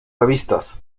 revistas